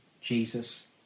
Jesus